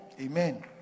Amen